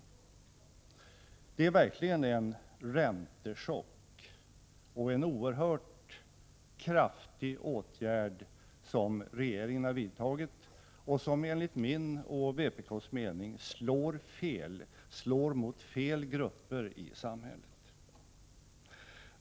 Detta är verkligen en räntechock, och det är en oerhört kraftig åtgärd som regeringen har vidtagit och som enligt min och vpk:s mening slår fel, mot fel grupper i samhället.